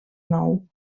nou